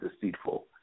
deceitful